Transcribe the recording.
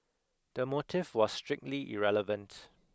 the motive was strictly irrelevant